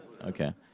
Okay